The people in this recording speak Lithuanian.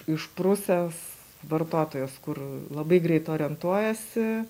išprusęs vartotojas kur labai greit orientuojasi